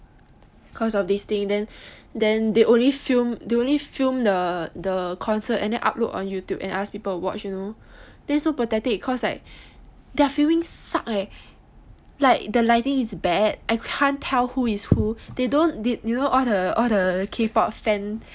cause of this thing then then only they only film the concert then upload on Youtube then ask people to watch you know so pathetic cause like their filming suck eh like the lighting is bad I can't tell who is who they don't you know all the kpop fan